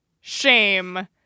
shame